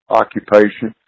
occupation